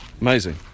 Amazing